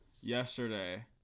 yesterday